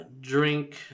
drink